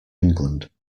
england